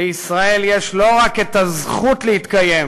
לישראל יש לא רק את הזכות להתקיים,